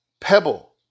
pebble